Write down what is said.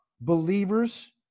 believers